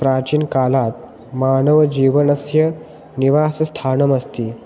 प्राचीनकालात् मानवजीवनस्य निवासस्थानमस्ति